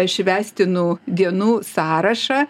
švęstinų dienų sąrašą